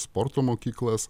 sporto mokyklas